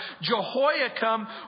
Jehoiakim